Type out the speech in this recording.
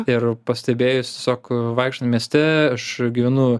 ir pastebėjus tiesiog vaikštai mieste aš gyvenu